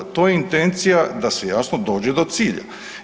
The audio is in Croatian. To je intencija da se jasno dođe do cilja.